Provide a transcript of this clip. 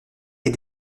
est